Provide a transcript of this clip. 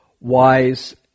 wise